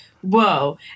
whoa